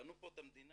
בנו פה את המדינה